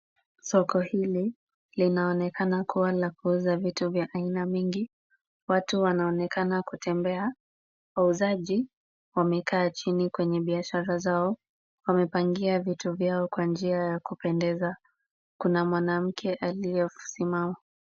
Soko hili, linaonekana la kuuza vitu vya aina mingi. Watu wanaonekana kutembea. Wauzaji wamekaa chini kwenye biashara zao. Wamepangia vitu vyao kwa njia ya kupendeza. Kuna mwanamke aliyesimama.